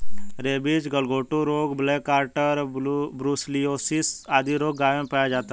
rabies, गलघोंटू रोग, black quarter, brucellosis आदि रोग गायों में पाया जाता है